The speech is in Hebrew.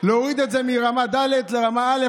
להוריד את זה מרמה ד' לרמה א',